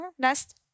Last